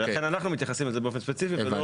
ולכן אנחנו מתייחסים לזה באופן ספציפי ולא